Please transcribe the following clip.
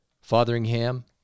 Fotheringham